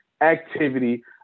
activity